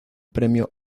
premio